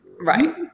right